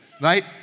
right